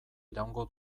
iraungo